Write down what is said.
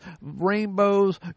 rainbows